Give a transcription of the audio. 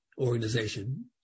Organization